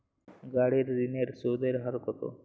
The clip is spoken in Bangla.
গাড়ির ঋণের সুদের হার কতো?